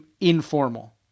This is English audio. informal